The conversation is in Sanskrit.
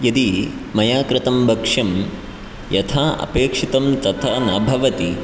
यदि मया कृतं बक्ष्यं यथा अपेक्षितं तथा न भवति